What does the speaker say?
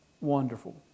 Wonderful